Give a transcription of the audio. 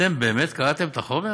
אתם באמת קראתם את החומר?